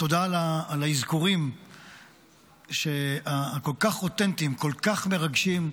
תודה על האזכורים הכל-כך אותנטיים, כל-כך מרגשים,